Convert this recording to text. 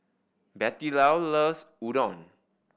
Bettylou loves Udon